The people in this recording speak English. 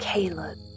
Caleb